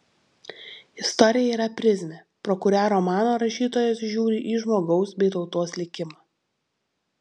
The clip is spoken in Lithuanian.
istorija yra prizmė pro kurią romano rašytojas žiūri į žmogaus bei tautos likimą